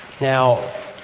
Now